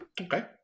Okay